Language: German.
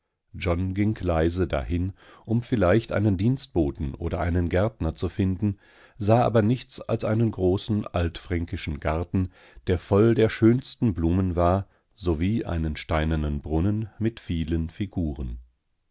john ging leise dahin um vielleicht einen dienstboten oder einen gärtner zu finden sah aber nichts als einen großen altfränkischen garten der voll der schönsten blumen war sowie einen steinernen brunnen mit vielen figuren